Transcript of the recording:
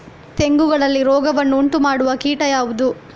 ತೆಂಗುಗಳಲ್ಲಿ ರೋಗವನ್ನು ಉಂಟುಮಾಡುವ ಕೀಟ ಯಾವುದು?